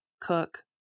cook